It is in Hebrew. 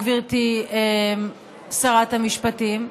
גברתי שרת המשפטים,